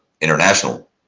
international